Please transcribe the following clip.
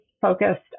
focused